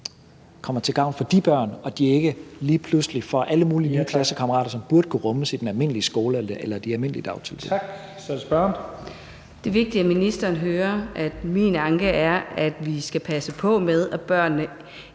er til gavn for de børn, og at de ikke lige pludselig får alle mulige nye klassekammerater, som burde kunne rummes i den almindelige skole eller de almindelige dagtilbud. Kl. 14:29 Første næstformand (Leif Lahn Jensen): Tak. Så er det spørgeren.